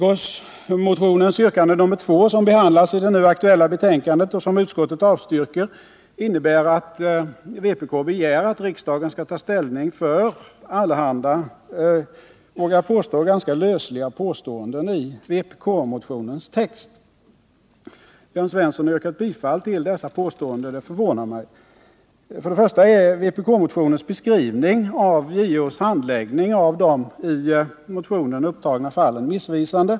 Vpk-motionens yrkande nr 1, som behandlas i det nu aktuella betänkandet och som utskottet avstyrker, innebär att vpk begär att riksdagen skall ta ställning för — vågar jag hävda — allehanda lösliga påståenden i vpk-motionens text. Att Jörn Svensson har yrkat bifall till dessa påståenden förvånar mig. För det första är vpk-motionens beskrivning av JO:s handläggning av de i motionen upptagna fallen missvisande.